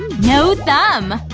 no thumb!